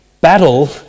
battle